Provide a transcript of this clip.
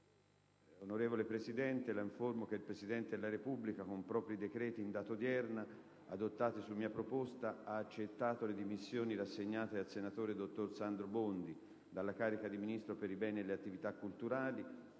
Onorevole Presidente, La informo che il Presidente della Repubblica, con propri decreti in data odierna, adottati su mia proposta, ha accettato le dimissioni rassegnate dal sen. dott. Sandro BONDI dalla carica di Ministro per i beni e le attività culturali,